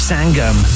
Sangam